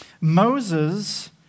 Moses